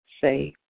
say